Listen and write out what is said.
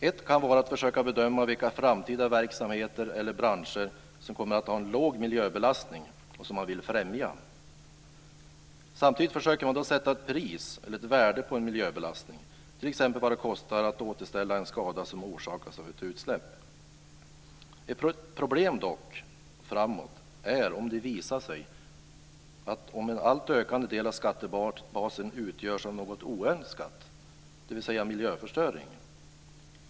Ett kan vara att försöka bedöma vilka framtida verksamheter eller branscher som kommer att ha en låg miljöbelastning och som man vill främja. Samtidigt försöker man sätta ett pris eller ett värde på en miljöbelastning, t.ex. vad det kostar att återställa en skada som orsakats av ett utsläpp. Ett problem framöver är dock om det visar sig att en allt ökande del av skattebasen utgörs av något oönskat, dvs. miljöförstöring.